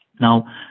Now